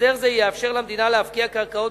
הסדר זה יאפשר למדינה להפקיע קרקעות